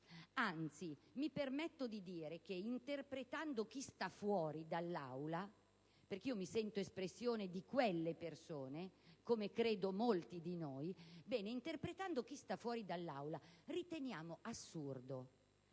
Anzi, mi permetto di dire che, interpretando chi sta fuori dall'Aula (mi sento infatti espressione di quelle persone, come credo molti di noi), possiamo affermare